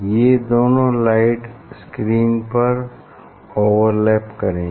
ये दोनों light screen पर ओवरलैप करेंगी